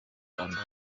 kanda